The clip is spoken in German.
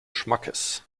schmackes